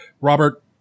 robert